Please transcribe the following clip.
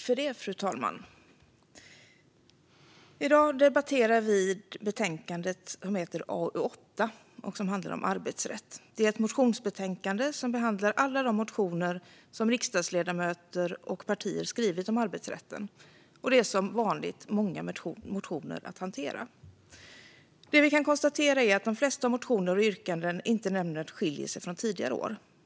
Fru talman! I dag debatterar vi betänkande AU8 som handlar om arbetsrätt. Det är ett motionsbetänkande som behandlar alla de motioner som riksdagsledamöter och partier skrivit om arbetsrätten, och det är som vanligt många motioner att hantera. Det vi kan konstatera är att de flesta motioner och yrkanden inte nämnvärt skiljer sig från tidigare år.